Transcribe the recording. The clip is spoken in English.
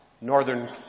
Northern